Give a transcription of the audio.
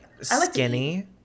skinny